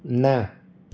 ના